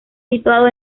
situado